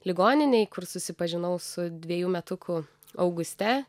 ligoninėj kur susipažinau su dvejų metukų auguste